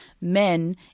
men